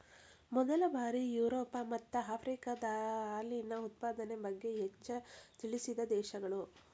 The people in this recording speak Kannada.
ಮೊದಲ ಬಾರಿ ಯುರೋಪ ಮತ್ತ ಆಫ್ರಿಕಾದಾಗ ಹಾಲಿನ ಉತ್ಪಾದನೆ ಬಗ್ಗೆ ಹೆಚ್ಚ ತಿಳಿಸಿದ ದೇಶಗಳು